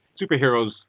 superheroes